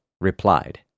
replied